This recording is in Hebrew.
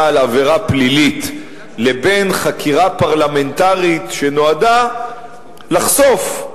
על עבירה פלילית לבין חקירה פרלמנטרית שנועדה לחשוף,